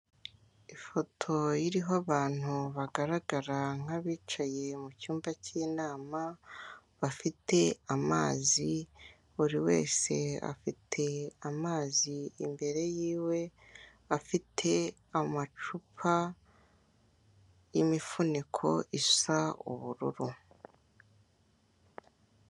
Ifoto iriho abantu bagaragara nkabicaye mu cyumba cy'inama, bafite amazi, buri wese afite amazi imbere yiwe afite amacupa y'imifuniko isa ubururu.